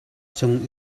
cung